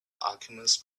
alchemist